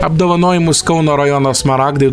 apdovanojimus kauno rajono smaragdai